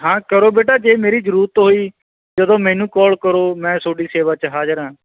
ਹਾਂ ਕਰੋ ਬੇਟਾ ਜੇ ਮੇਰੀ ਜ਼ਰੂਰਤ ਹੋਈ ਜਦੋਂ ਮੈਨੂੰ ਕਾਲ ਕਰੋ ਮੈਂ ਤੁਹਾਡੀ ਸੇਵਾ 'ਚ ਹਾਜ਼ਰ ਹਾਂ